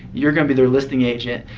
you're going to be their listing agent.